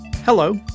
Hello